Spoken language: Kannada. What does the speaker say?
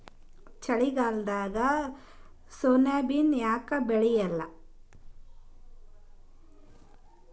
ಚಳಿಗಾಲದಾಗ ಸೋಯಾಬಿನ ಯಾಕ ಬೆಳ್ಯಾಲ?